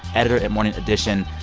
editor at morning edition.